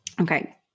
Okay